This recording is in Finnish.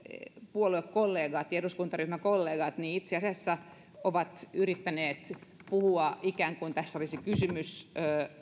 puoluekollegat ja eduskuntaryhmäkollegat itse asiassa ovat yrittäneet puhua ikään kuin tässä olisi kysymys